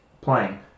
playing